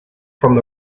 from